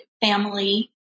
family